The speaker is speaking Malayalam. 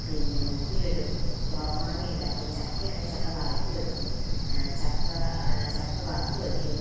പിന്നെ ഉപ്പിലിടും പൊറമാങ്ങ ഉണ്ടാക്കും ചക്കയാണെങ്കിൽ ചക്ക വരട്ടി വെക്കും ചക്ക ചക്ക വറത്ത് വെക്കും